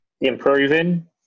improving